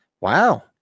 Wow